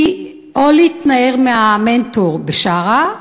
היא או להתנער מהמנטור בשארה,